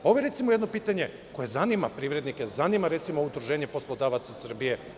Ovo je jedno pitanje koje zanima privrednike, zanima Udruženje poslodavaca Srbije.